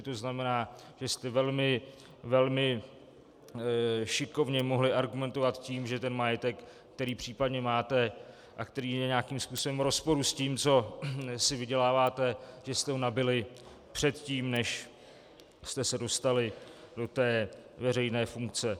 To znamená, že jste velmi, velmi šikovně mohli argumentovat tím, že majetek, který případně máte a který je nějakým způsobem v rozporu s tím, co si vyděláváte, že jste ho nabyli předtím, než jste se dostali do té veřejné funkce.